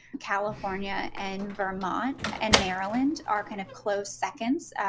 california and vermont and maryland are kind of close seconds.